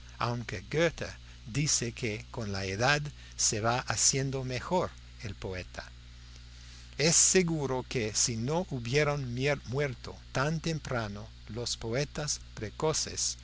aunque goethe dice que con la edad se va haciendo mejor el poeta es seguro que si no hubieran muerto tan temprano los poetas precoces